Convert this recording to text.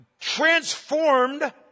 transformed